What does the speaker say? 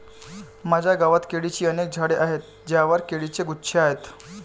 माझ्या गावात केळीची अनेक झाडे आहेत ज्यांवर केळीचे गुच्छ आहेत